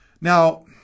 Now